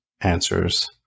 answers